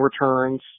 returns